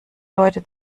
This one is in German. leute